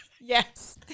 Yes